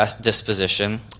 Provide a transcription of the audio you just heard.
disposition